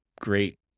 great